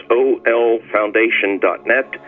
olfoundation.net